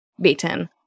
beaten